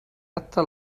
acta